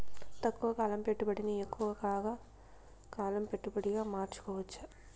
తక్కువ కాలం పెట్టుబడిని ఎక్కువగా కాలం పెట్టుబడిగా మార్చుకోవచ్చా?